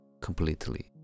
completely